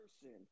person